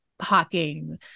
hawking